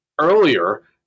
earlier